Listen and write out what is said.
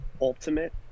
ultimate